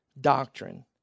doctrine